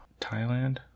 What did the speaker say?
Thailand